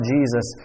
Jesus